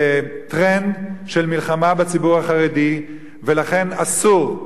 לטרנד של מלחמה בציבור החרדי, ולכן אסור.